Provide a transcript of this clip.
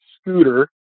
scooter